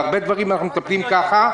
בהרבה דברים אנחנו מטפלים כך.